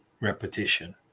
repetition